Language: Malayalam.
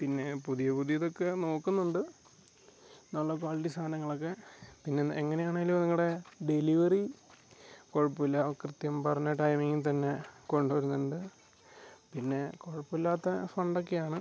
പിന്നെ പുതിയ പുതിയതൊക്ക നോക്കുന്നുണ്ട് നല്ല ക്വാളിറ്റി സാധനങ്ങളൊക്കെ പിന്നെന്നാ എങ്ങനെ ആണെങ്കിലും നിങ്ങളുടെ ഡെലിവെറി കുഴപ്പം ഇല്ല കൃത്യം പറഞ്ഞ ടൈമിംഗിൽ തന്നെ കൊണ്ടു വരുന്നുണ്ട് പിന്നെ കുഴപ്പമില്ലാത്ത ഫണ്ടൊക്കെ ആണ്